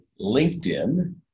LinkedIn